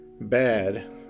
Bad